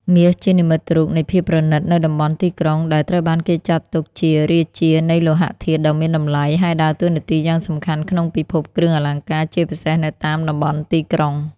មាសជានិមិត្តរូបនៃភាពប្រណិតនៅតំបន់ទីក្រុង ដែល ត្រូវបានគេចាត់ទុកជារាជានៃលោហៈធាតុដ៏មានតម្លៃ ហើយដើរតួនាទីយ៉ាងសំខាន់ក្នុងពិភពគ្រឿងអលង្ការ ជាពិសេសនៅតាមតំបន់ទីក្រុង។